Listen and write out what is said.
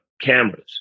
cameras